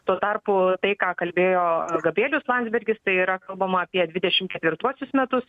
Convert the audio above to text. tuo tarpu tai ką kalbėjo gabrielius landsbergis tai yra kalbama apie dvidešim ketvirtuosius metus